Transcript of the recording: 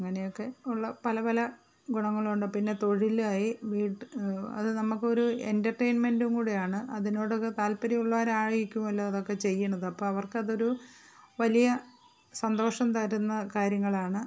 അങ്ങനെയൊക്കെ ഒള്ള പല പല ഗുണങ്ങളുണ്ട് പിന്നെ തൊഴിലായി വിട്ട് അത് നമുക്ക് ഒരു എൻ്റർടെയിൻമെൻ്റും കൂടെയാണ് അതിനോടൊക്ക താല്പര്യമുള്ളവർ ആയിരുക്കുമല്ലോ അതൊക്കെ ചെയ്യണത് അപ്പൊ അവർക്കതൊരു വലിയ സന്തോഷം തരുന്ന കാര്യങ്ങളാണ്